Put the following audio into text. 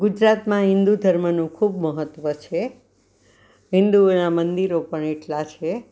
ગુજરાતમાં હિન્દુ ધર્મનું ખૂબ મહત્ત્વ છે હિન્દુઓના મંદિરો પણ એટલા છે